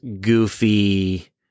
goofy